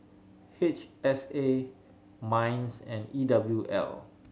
H S A MINDS and E W L